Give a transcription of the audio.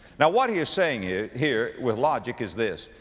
now what he is saying is, here with logic is this,